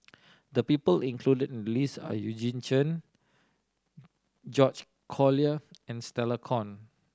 the people included in the list are Eugene Chen George Collyer and Stella Kon